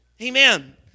amen